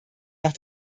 nach